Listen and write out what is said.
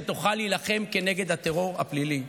שתוכל להילחם כנגד הטרור הפלילי.